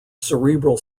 cerebral